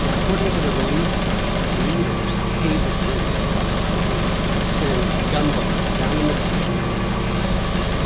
yeah according to the relief leaders, hayes agreed to do this, to send gun boats down the mississippi to pick up exodusters.